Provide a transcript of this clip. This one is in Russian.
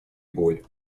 боль